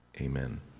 Amen